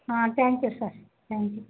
ah thank you sir thank you